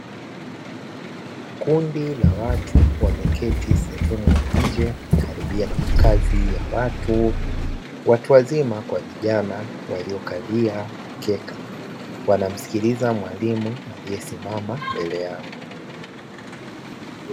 Kundi la watu wameketi sehemu ya nje, karibu na makazi ya watu, watu wazima kwa vijana, waliokalia mkeka, wanamsikiliza mwalimu aliyesimama mbele yao.